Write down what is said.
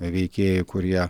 veikėjai kurie